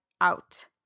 out